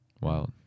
Wow